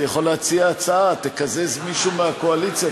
אני יכול להציע הצעה: תקזז מישהו מהקואליציה,